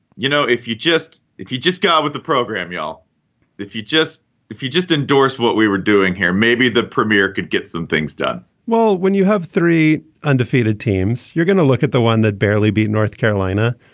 you know, if you just if you just go with the program, you'll if you just if you just endorsed what we were doing here, maybe the premier could get some things done well, when you have three undefeated teams, you're going to look at the one that barely beat north carolina,